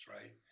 right